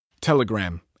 Telegram